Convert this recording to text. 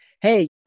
Hey